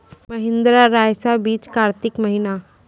महिंद्रा रईसा बीज कार्तिक महीना?